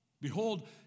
Behold